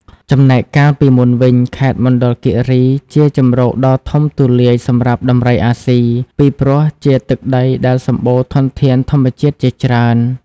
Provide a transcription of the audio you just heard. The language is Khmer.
ចំណែកកាលពីមុនវិញ ខេត្តមណ្ឌលគិរីគឺជាជម្រកដ៏ធំទូលាយសម្រាប់ដំរីអាស៊ី ពីព្រោះជាទឹកដីដែលសម្បូរធនធានធម្មជាតិជាច្រើន។